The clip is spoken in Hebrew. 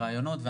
ורעיונות.